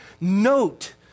note